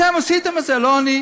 אתם עשיתם את זה, לא אני.